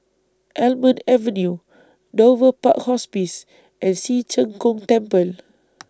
Almond Avenue Dover Park Hospice and Ci Zheng Gong Temple